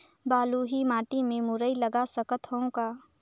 बलुही माटी मे मुरई लगा सकथव का?